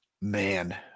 Man